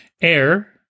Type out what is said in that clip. Air